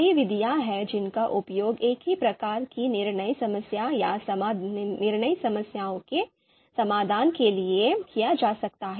कई विधियाँ हैं जिनका उपयोग एक ही प्रकार की निर्णय समस्या या समान निर्णय समस्याओं के समाधान के लिए किया जा सकता है